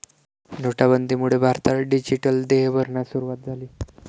नोटाबंदीमुळे भारतात डिजिटल देय भरण्यास सुरूवात झाली